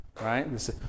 Right